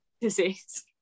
Disease